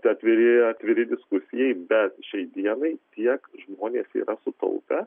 atviri atviri diskusijai bet šiai dienai tiek žmonės yra sutaupę